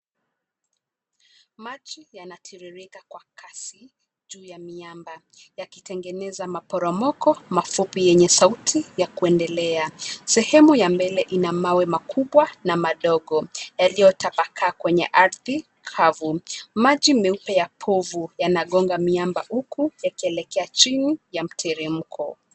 Maji yanatiririka kwa kasi juu ya miamba, yakitengeneza maporomoko mafupi yenye sauti ya kuendelea. Sehemu ya mbele ina mawe makubwa na madogo yaliyotapakaa kwenye ardhi kavu. Maji meupe ya povu yanagonga miamba huku yakielekea chini ya mteremko.